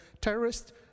terrorists